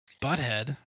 butthead